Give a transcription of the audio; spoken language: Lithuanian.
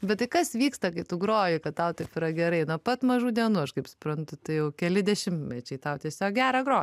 bet tai kas vyksta kai tu groji kad tau taip yra gerai nuo pat mažų dienų aš kaip suprantu tai jau keli dešimtmečiai tau tiesiog gera grot